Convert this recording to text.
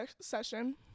session